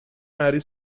mary